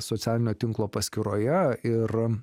socialinio tinklo paskyroje ir